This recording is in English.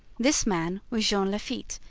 this man was jean lafitte,